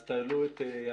אז תעלו את איל